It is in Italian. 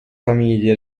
famiglie